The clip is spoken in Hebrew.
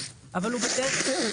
אם אני הדוברת האחרונה אז אני אסכם עם